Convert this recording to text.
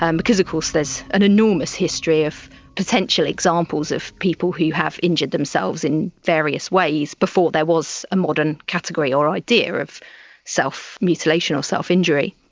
and because of course there's an enormous history of potentially examples of people who have injured themselves in various ways before there was a modern category or idea of self-mutilation or self-injury.